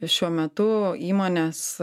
šiuo metu įmonės